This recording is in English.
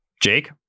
Jake